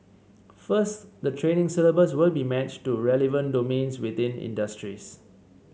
first the training syllabus will be matched to relevant domains within industries